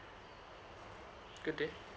good day